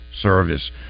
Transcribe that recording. service